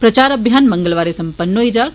प्रचार अभियान मंगलवारें सम्पन्न्न होई जाग